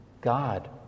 God